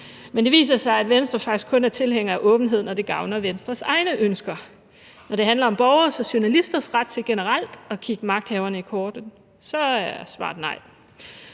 Men det viser sig, at Venstre faktisk kun er tilhænger af åbenhed, når det gavner Venstres egne ønsker. Når det handler om borgeres og journalisters ret til generelt at kigge magthaverne i kortene, så er svaret nej.